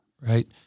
right